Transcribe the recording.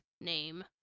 name